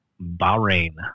Bahrain